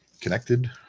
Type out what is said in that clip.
connected